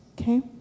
Okay